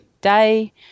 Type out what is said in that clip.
day